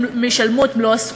שישלמו את מלוא הסכום?